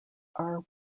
are